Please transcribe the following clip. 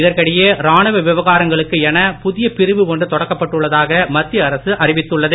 இதற்கிடையே ராணுவ விவகாரங்களுக்கு என புதிய பிரிவு ஒன்று தொடங்கப்பட்டுள்ளதாக மத்திய அரசு அறிவித்துள்ளது